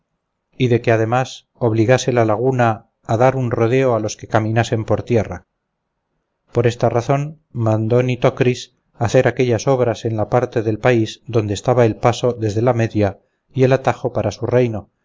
y de que además obligase la laguna a dar un rodeo a los que caminasen por tierra por esta razón mandó nitocris hacer aquellas obras en la parte del país donde estaba el paso desde la media y el atajo para su reino